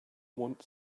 want